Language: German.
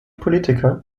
politiker